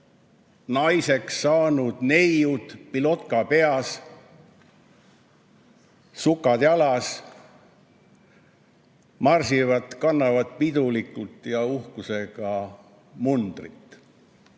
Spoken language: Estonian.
naiseks saanud neiud, pilotka peas, sukad jalas, seal marsivad, kannavad pidulikult ja uhkusega mundrit.